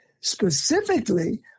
specifically